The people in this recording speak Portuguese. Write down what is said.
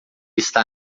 está